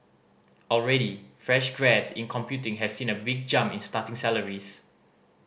already fresh grads in computing have seen a big jump in starting salaries